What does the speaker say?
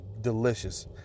delicious